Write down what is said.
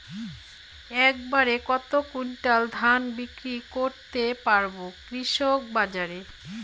এক বাড়ে কত কুইন্টাল ধান বিক্রি করতে পারবো কৃষক বাজারে?